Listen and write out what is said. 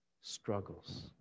struggles